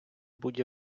будь